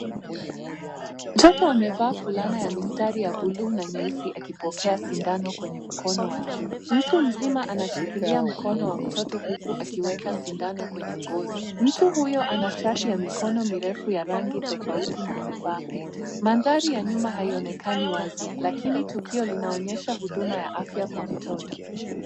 Mtoto amevaa fulana ya mistari ya buluu na nyeusi akipokea sindano kwenye mkono wa juu. Mtu mzima anashikilia mkono wa mtoto huku akiweka sindano kwenye ngozi. Mtu huyu ana shati ya mikono mirefu ya rangi tofauti na amevaa pete. Mandhari ya nyuma haionekani wazi lakini tukio linaonyesha huduma ya afya kwa mtoto.